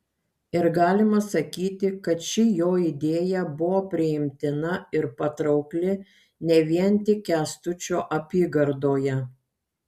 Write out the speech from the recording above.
ir galima sakyti kad ši jo idėja buvo priimtina ir patraukli ne vien tik kęstučio apygardoje